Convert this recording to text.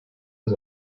his